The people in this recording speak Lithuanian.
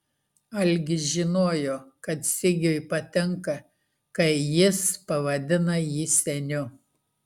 algis žinojo kad sigiui patinka kai jis pavadina jį seniu